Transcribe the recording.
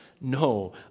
No